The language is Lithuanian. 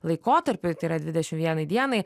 laikotarpiui tai yra dvidešimt vienai dienai